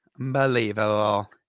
Unbelievable